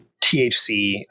THC